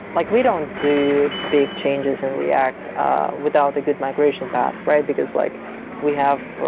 like we don't do big changes in react ah without a good migration path, right? because like we have